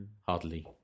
hardly